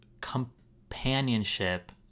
companionship